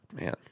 man